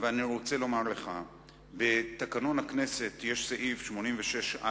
אני רוצה לומר לך בתקנון הכנסת יש סעיף 86(א),